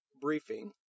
briefing